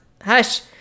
Hush